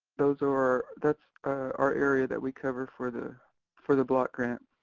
those are, that's our area that we covered for the for the block grant.